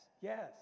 Yes